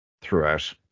throughout